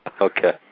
Okay